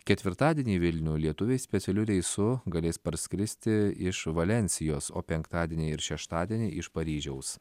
ketvirtadienį vilniuj lietuviai specialiu reisu galės parskristi iš valensijos o penktadienį ir šeštadienį iš paryžiaus